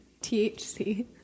THC